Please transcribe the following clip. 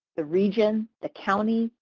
the region, the county,